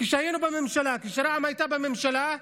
כשהיינו בממשלה, כשרע"מ הייתה בממשלה,